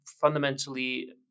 fundamentally